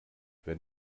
wenn